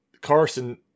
Carson